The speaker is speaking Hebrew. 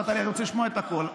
אמרת לי: אני רוצה לשמוע את הכול,